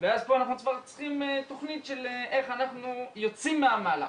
ואז פה אנחנו כבר צריכים תוכנית של איך אנחנו יוצאים מהמהלך.